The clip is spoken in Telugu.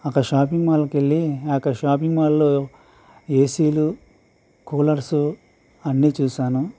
అక్కడ షాపింగ్ మాల్కెళ్ళి ఆ యొక్క షాపింగ్ మాల్లో ఏసీలు కూలర్సు అన్నీ చూసాను